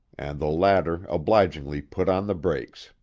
and the latter obligingly put on the brakes.